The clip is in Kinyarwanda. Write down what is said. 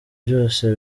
byose